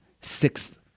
sixth